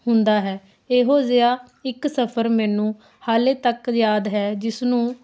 ਹੁੰਦਾ ਹੈ ਇਹੋ ਜਿਹਾ ਇੱਕ ਸਫਰ ਮੈਨੂੰ ਹਾਲੇ ਤੱਕ ਯਾਦ ਹੈ ਜਿਸ ਨੂੰ